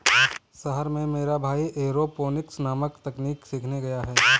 शहर में मेरा भाई एरोपोनिक्स नामक तकनीक सीखने गया है